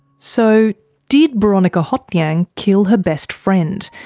so did boronika hothnyang kill her best friend?